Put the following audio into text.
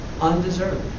undeserved